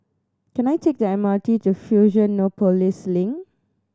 can I take the M R T to Fusionopolis Link